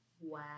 Wow